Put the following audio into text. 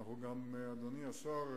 אדוני השר,